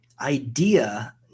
idea